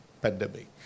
pandemic